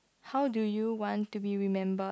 how do you want to be remembered